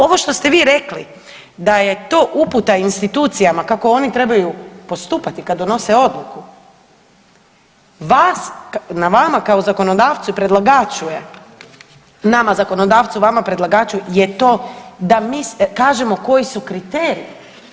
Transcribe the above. Ovo što ste vi rekli da je to uputa institucijama kako oni trebaju postupati kad donose odluku vas, na vama kao zakonodavcu i predlagaču je, nama zakonodavcu vama predlagaču je to da mi kažemo koji su kriteriji.